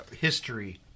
history